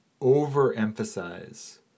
overemphasize